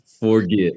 forget